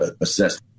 assess